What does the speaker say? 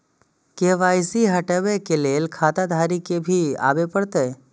KYC हटाबै के लैल खाता धारी के भी आबे परतै?